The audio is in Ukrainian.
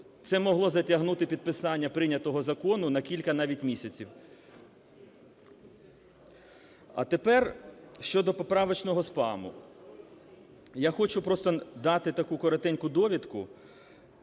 Це могло затягнути підписання прийнятого закону на кілька навіть місяців. А тепер щодо "поправочного спаму". Я хочу просто дати таку коротеньку довідку.